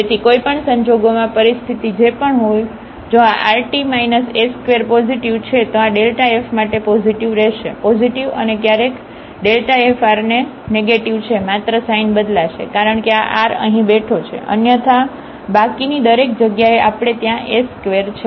તેથી કોઈ પણ સંજોગોમાં પરિસ્થિતિ જે પણ હોય જો આ rt s2 પોઝિટિવ છે તો આ f માટે પોઝિટિવ રહેશે પોઝિટિવ અને ક્યારેfr નેગેટિવ છે માત્ર સાઇન બદલાશે કારણ કે આ r અહીં બેઠો છે અન્યથા બાકીની દરેક જગ્યાએ આપણે ત્યાં s² છે